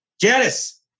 Janice